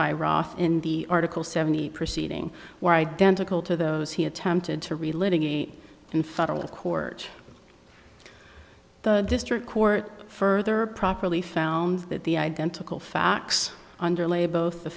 in the article seventy proceeding were identical to those he attempted to reliving eight in federal court district court further properly found that the identical facts underlay both the